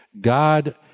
God